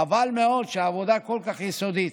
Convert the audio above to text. חבל מאוד שעבודה כל כך יסודית,